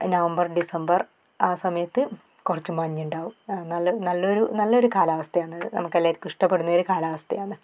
November December ആ സമയത്ത് കുറച്ച് മഞ്ഞുണ്ടാവും അ നല്ലൊരു നല്ലൊരു കാലാവസ്ഥയാന്നത് നമുക്കെല്ലാവർക്കും ഇഷ്ടപ്പെടുന്നൊരു കാലാവസ്ഥയാന്ന്